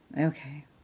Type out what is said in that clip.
Okay